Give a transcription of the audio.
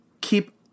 keep